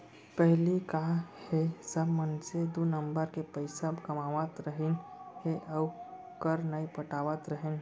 पहिली का हे सब मनसे दू नंबर के पइसा कमावत रहिन हे अउ कर नइ पटात रहिन